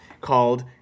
called